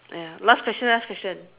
ya last question last question